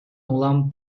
улам